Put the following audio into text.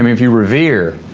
i mean if you revere